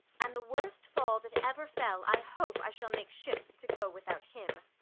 an the worst fall that ever fell, i hope i shall make shift to go without him.